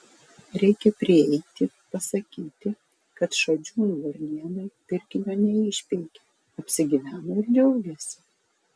reikia prieiti pasakyti kad šadžiūnų varnėnai pirkinio neišpeikė apsigyveno ir džiaugiasi